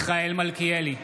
מלכיאלי,